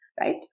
right